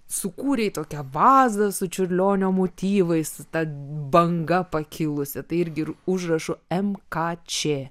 sukūrei tokią vazą su čiurlionio motyvais su ta banga pakilusia tai irgi ir užrašu m k č